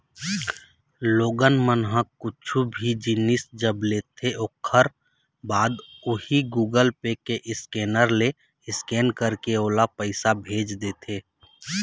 लोगन मन ह कुछु भी जिनिस जब लेथे ओखर बाद उही गुगल पे के स्केनर ले स्केन करके ओला पइसा भेज देथे